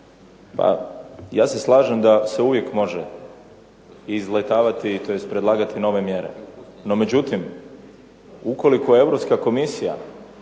Pa ja se slažem da se uvijek može izletavati tj. predlagati nove mjere no međutim ukoliko je Europska komisija